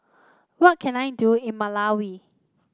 what can I do in Malawi